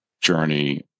journey